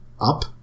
Up